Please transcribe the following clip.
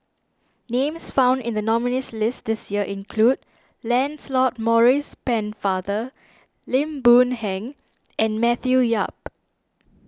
names found in the nominees' list this year include Lancelot Maurice Pennefather Lim Boon Heng and Matthew Yap